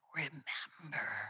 remember